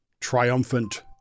triumphant